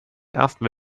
ersten